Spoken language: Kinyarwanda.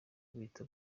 buhita